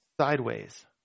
sideways